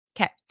Okay